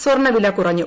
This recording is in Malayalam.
സ്വർണ്ണവില കുറഞ്ഞു